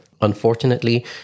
Unfortunately